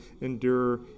endure